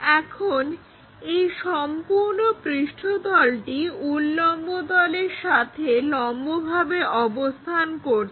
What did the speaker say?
এখন এই সম্পূর্ণ পৃষ্ঠতলটি উল্লম্ব তলের সাথে লম্বভাবে অবস্থান করছে